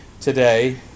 today